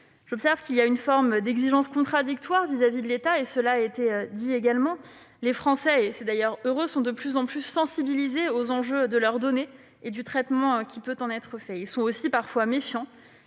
J'observe une forme d'exigence contradictoire à l'égard de l'État, cela a été dit également. Les Français, et c'est heureux, sont de plus en plus sensibilisés aux enjeux de leurs données et du traitement qui peut en être fait. Ils sont aussi parfois méfiants